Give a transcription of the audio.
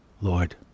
Lord